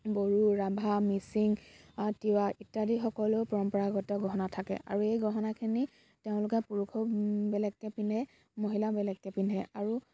বড়ো ৰাভা মিচিং তিৱা ইত্যাদিসকলেও পৰম্পৰাগত গহনা থাকে আৰু এই গহনাখিনি তেওঁলোকে পুৰুষেও বেলেগকৈ পিন্ধে মহিলাইও বেলেগকৈ পিন্ধে আৰু